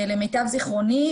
למיטב זכרוני,